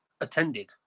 attended